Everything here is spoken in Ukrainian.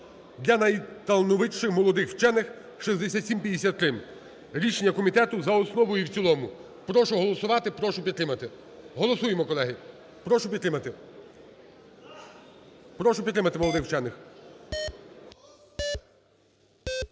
для найталановитіших молодих вчених (6753). Рішення комітету - за основу і в цілому. Прошу голосувати, прошу підтримати. Голосуємо, колеги, прошу підтримати, прошу підтримати молодих вчених.